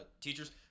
teachers